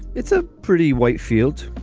it's a pretty white field.